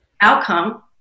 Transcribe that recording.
outcome